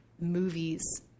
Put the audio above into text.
movies